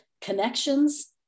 connections